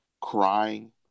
crying